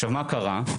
מה קרה?